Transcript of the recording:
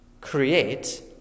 create